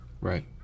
Right